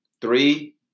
three